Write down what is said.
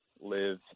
live